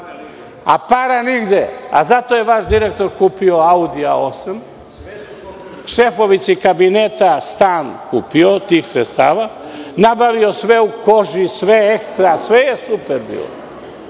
a para nigde. Zato je vaš direktor kupio Audia A8, šefovici kabineta je kupio stan od tih sredstava, nabavio sve u koži, sve ekstra, sve je super bilo.